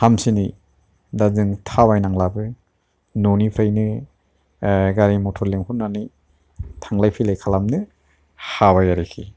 हामसिनै दा जों थाबाय नांलाबो न'निफ्रायनो गारि मटर लेंहरनानै थांलाय फैलाय खालामनो हाबाय आरोखि